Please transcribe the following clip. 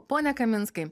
pone kaminskai